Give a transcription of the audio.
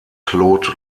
claude